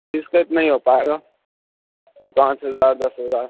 جی اِس پہ اتنا ہی ہو پائے گا پانچ ہزار دس ہزار